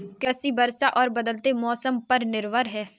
कृषि वर्षा और बदलते मौसम पर निर्भर है